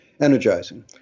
energizing